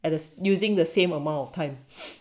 and is using the same amount of time